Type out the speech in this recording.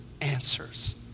answers